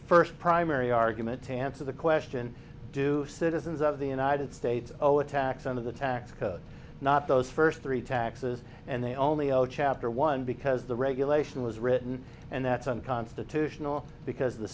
first primary argument to answer the question do citizens of the united states oh a tax on the tax code not those first three taxes and they only zero chapter one because the regulation was written and that's unconstitutional because